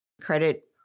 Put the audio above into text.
credit